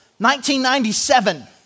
1997